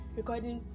recording